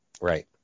Right